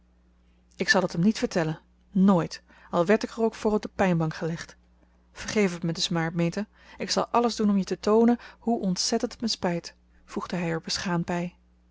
ik zal het hem niet vertellen nooit al werd ik er ook voor op de pijnbank gelegd vergeef t me dus maar meta ik zal alles doen om je te toonen hoe ontzettend het mij spijt voegde hij er beschaamd bij